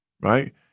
right